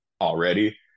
already